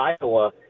Iowa